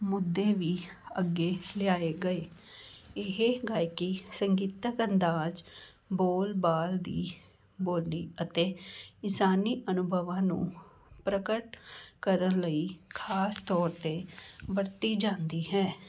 ਮੁੱਦੇ ਵੀ ਅੱਗੇ ਲਿਆਏ ਗਏ ਇਹ ਗਾਇਕੀ ਸੰਗੀਤਕ ਅੰਦਾਜ ਬੋਲ ਬਾਲ ਦੀ ਬੋਲੀ ਅਤੇ ਇਨਸਾਨੀ ਅਨੁਭਵਾਂ ਨੂੰ ਪ੍ਰਗਟ ਕਰਨ ਲਈ ਖਾਸ ਤੌਰ 'ਤੇ ਵਰਤੀ ਜਾਂਦੀ ਹੈ